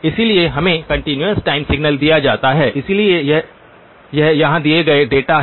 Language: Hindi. इसलिए हमें कंटीन्यूअस टाइम सिग्नल दिया जाता है इसलिए यह यहां दिए गए डेटा हैं